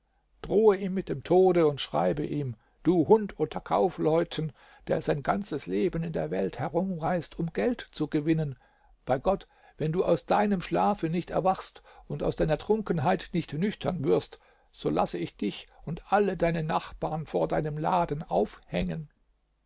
drohe ihm mit dem tode und schreibe ihm du hund unter kaufleuten der sein ganzes leben in der welt herumreist um geld zu gewinnen bei gott wenn du aus deinem schlafe nicht erwachst und aus deiner trunkenheit nicht nüchtern wirst so lasse ich dich und alle deine nachbarn vor deinem laden aufhängen